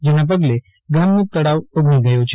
જેના પગલે ગામનો તળાવ ઓગની ગયો છે